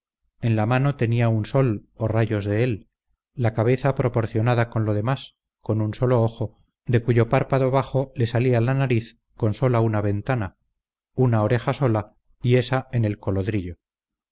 en la mano tenía un sol o rayos de él la cabeza proporcionada con lo demás con solo un ojo de cuyo párpado bajo le salía la nariz con sola una ventana una oreja sola y esa en el